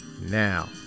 now